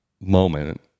moment